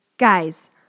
Guys